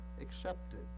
accepted